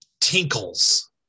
Tinkles